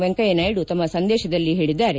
ವೆಂಕಯ್ಯನಾಯ್ಡು ತಮ್ಮ ಸಂದೇಶದಲ್ಲಿ ಹೇಳಿದ್ದಾರೆ